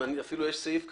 ואפילו יש סעיף כזה.